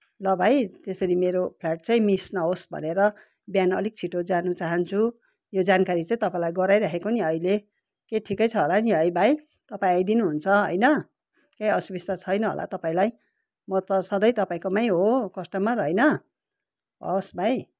ल भाइ त्यसरी मेरो फ्लाइट चाहिँ मिस नहोस् भनेर बिहान अलिक छिटो जानु चाहन्छु यो जानकारी चाहिँ तपाईँलाई गराइराखेको नि अहिले के ठिकै छ होला नि है भाइ तपाईँ आइदिनुहुन्छ होइन केही असुबिस्ता छैन होला तपाईँलाई म त सधैँ तपाईँकोमै हो कस्टमर होइन हवस् भाइ